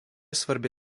svarbi